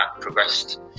progressed